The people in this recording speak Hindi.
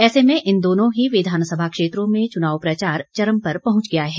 ऐसे में इन दोनों ही विधानसभा क्षेत्रों में चुनाव प्रचार चरम पर पहुंच गया है